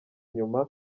inyuma